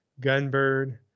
Gunbird